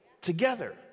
together